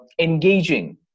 engaging